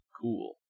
Cool